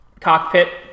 cockpit